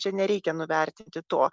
čia nereikia nuvertinti to